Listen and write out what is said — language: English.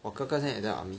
我哥哥现在也在 army